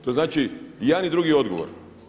To znači i jedan i drugi odgovor.